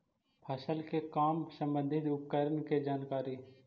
फसल के काम संबंधित उपकरण के जानकारी?